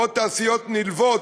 או תעשיות נלוות.